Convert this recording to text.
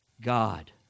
God